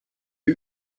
die